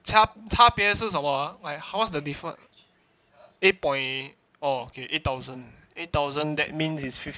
差差别是什么 ah like what's the different eight point orh okay eight thousand eight thousand that means is fif~